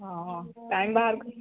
ହଁ ହଁ ଚାଇମ୍ ବାହାର କରିକି